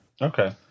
Okay